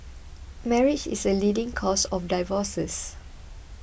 marriage is the leading cause of divorces